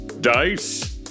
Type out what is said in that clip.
Dice